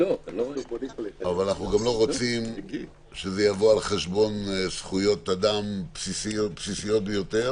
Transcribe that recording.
אבל אנחנו גם לא רוצים שזה יבוא על חשבון זכויות אדם בסיסיות ביותר